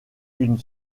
une